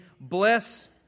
Bless